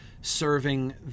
serving